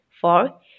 Four